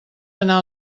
anar